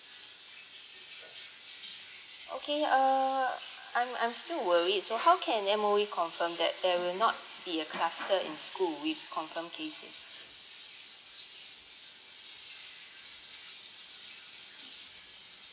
okay err I'm I'm still worried so how can M_O_E confirm that there will not be a cluster in school with confirmed cases